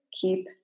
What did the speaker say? Keep